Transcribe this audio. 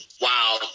wow